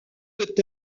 peut